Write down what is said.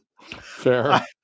Fair